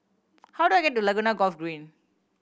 how do I get to Laguna Golf Green